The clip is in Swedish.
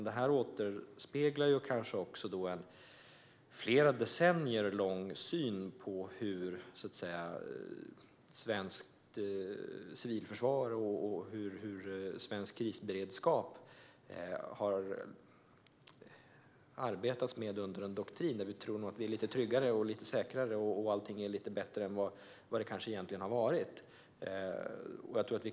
Det här återspeglar kanske en flera decennier lång syn på arbetet med svenskt civilförsvar och krisberedskap. Vi har trott att det är lite tryggare och säkrare och att allt är lite bättre än det kanske egentligen har varit.